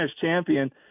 champion